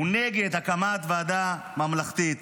הוא נגד הקמת ועדה ממלכתית.